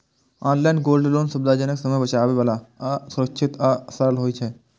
online gold loan सुविधाजनक, समय बचाबै बला आ सुरक्षित आ सरल होइ छै